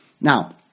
Now